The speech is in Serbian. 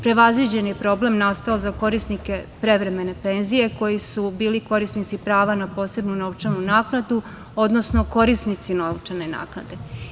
Prevaziđen je problem nastao za korisnike prevremene penzije koji su bili korisnici prava na posebnu novčanu naknadu, odnosno korisnici novčane naknade.